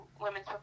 women's